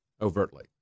overtly